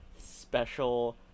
special